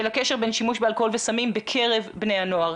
הקשר בין שימוש באלכוהול וסמים בקרב בני הנוער,